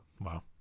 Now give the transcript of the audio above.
Wow